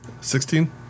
Sixteen